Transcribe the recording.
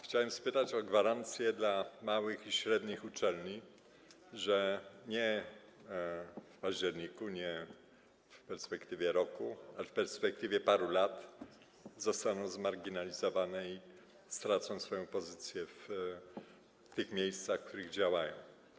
Chciałem spytać o gwarancje dla małych i średnich uczelni, że nie będzie tak, że nie w październiku, nie w perspektywie roku, ale w perspektywie paru lat zostaną one zmarginalizowane i stracą swoją pozycję w tych miejscach, w których działają.